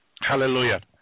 Hallelujah